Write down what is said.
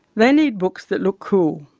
they need books that look cool,